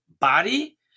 body